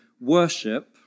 worship